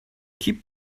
keep